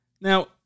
Now